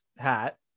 hat